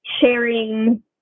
sharing